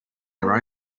their